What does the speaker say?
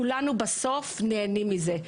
כולנו בסוף נהנים מזה.